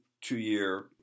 two-year